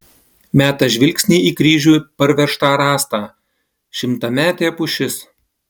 meta žvilgsnį į kryžiui parvežtą rąstą šimtametė pušis